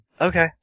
Okay